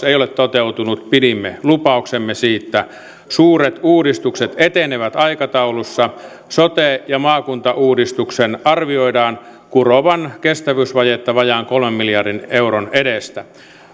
ei ole toteutunut pidimme lupauksemme siitä suuret uudistukset etenevät aikataulussa sote ja maakuntauudistuksen arvioidaan kurovan kestävyysvajetta vajaan kolmen miljardin euron edestä